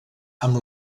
amb